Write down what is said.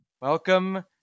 Welcome